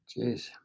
Jeez